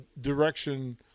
direction